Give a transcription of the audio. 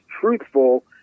truthful